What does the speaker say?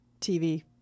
TV